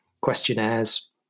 questionnaires